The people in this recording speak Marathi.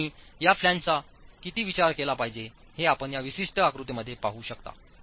आणि या फ्लॅन्जचा किती विचार केला पाहिजे हे आपण या विशिष्ट आकृतीमध्ये पाहू शकता